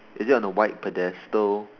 is it on the white pedestal